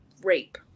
rape